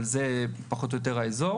אבל זה פחות או יותר האזור.